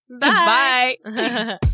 bye